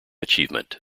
achievement